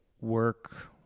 work